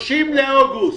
30 באוגוסט.